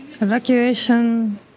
evacuation